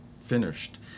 finished